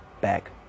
back